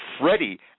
Freddie